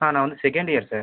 ஆ நான் வந்து second year sir